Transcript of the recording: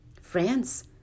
France